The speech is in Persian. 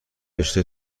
رشته